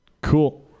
Cool